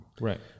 Right